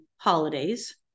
holidays